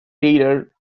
taylor